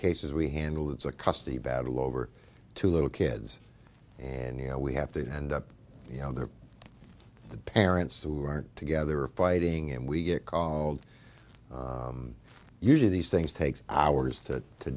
cases we handle it's a custody battle over two little kids and you know we have to end up you know that the parents who aren't together are fighting and we get called you do these things takes hours to to